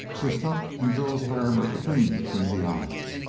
just ups and drills larrimer clean between the eyes.